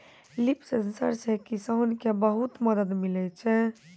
लिफ sensor से किसान के बहुत मदद मिलै छै